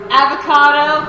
avocado